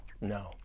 No